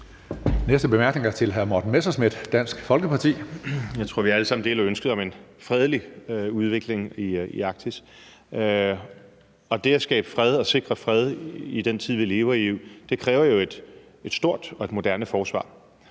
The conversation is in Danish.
Folkeparti. Kl. 17:02 Morten Messerschmidt (DF): Jeg tror, vi alle sammen deler ønsket om en fredelig udvikling i Arktis. Og det at skabe fred og sikre fred i den tid, vi lever i, kræver jo et stort og moderne forsvar.